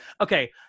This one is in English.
Okay